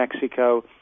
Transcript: Mexico